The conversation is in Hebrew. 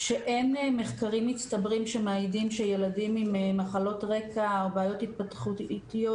שאין מחקרים מצטברים שמעידים שילדים עם מחלות רקע או בעיות התפתחותיות,